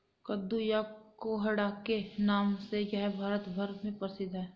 कद्दू या कोहड़ा के नाम से यह भारत भर में प्रसिद्ध है